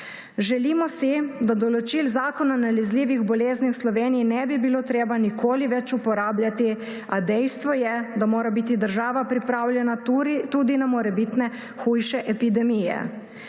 Želimo si, da določil Zakona o nalezljivih boleznih v Sloveniji ne bi bilo treba nikoli več uporabljati, a dejstvo je, da mora biti država pripravljena tudi na morebitne hujše epidemije.